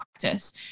practice